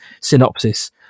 synopsis